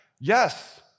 yes